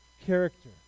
character